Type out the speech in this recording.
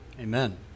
amen